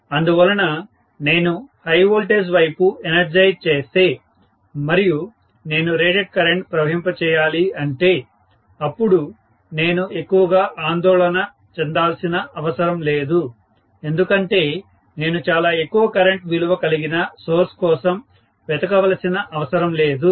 అందువలన నేను high voltage వైపు ఎనర్జైజ్ చేస్తే మరియు నేను రేటెడ్ కరెంట్ ప్రవహింప చేయాలి అంటే అప్పుడు నేను ఎక్కువగా ఆందోళన చెందాల్సిన అవసరం లేదు ఎందుకంటే నేను చాలా ఎక్కువ కరెంట్ విలువ కలిగిన సోర్స్ కోసం వెతక వలసిన అవసరం లేదు